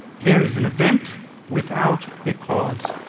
there is an event without a cause.